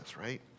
right